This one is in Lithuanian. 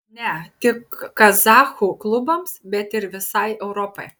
ne tik kazachų klubams bet ir visai europai